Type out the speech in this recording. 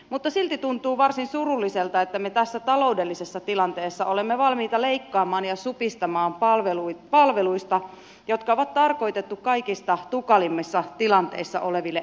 mutta silti tuntuu varsin surulliselta että me tässä taloudellisessa tilanteessa olemme valmiita leikkaamaan ja supistamaan palveluista jotka on tarkoitettu kaikista tukalimmissa tilanteissa oleville ihmisille